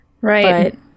Right